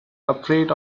afraid